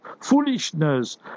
foolishness